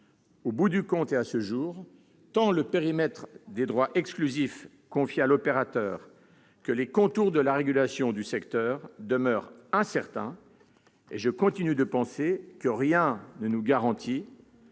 au Gouvernement. Or, à ce jour, tant le périmètre des droits exclusifs confiés à l'opérateur que les contours de la régulation du secteur demeurent incertains. Je continue de penser que rien ne nous assure